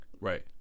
right